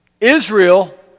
Israel